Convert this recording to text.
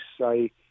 say